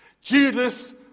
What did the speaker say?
Judas